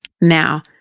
Now